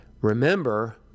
remember